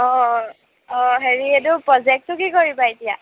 অঁ অঁ হেৰি এইটো প্ৰজেক্টটো কি কৰিবা এতিয়া